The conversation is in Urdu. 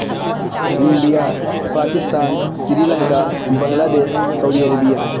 India Pakistan Sri Lanka Bangladesh Saudi Arabia